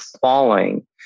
falling